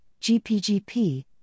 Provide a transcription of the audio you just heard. GPGP